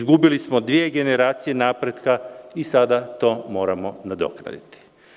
Izgubili smo dve generacije napretka i sada to moramo nadoknaditi.